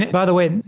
by the way,